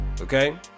okay